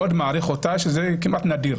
מאוד מעריך אותה, וזה דבר כמעט נדיר.